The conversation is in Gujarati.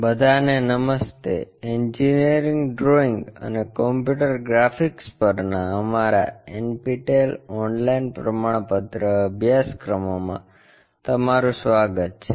બધાને નમસ્તે એન્જિનિયરિંગ ડ્રોઇંગ અને કમ્પ્યુટર ગ્રાફિક્સ પરના અમારા NPTEL ઓનલાઇન પ્રમાણપત્ર અભ્યાસક્રમોમાં તમારું સ્વાગત છે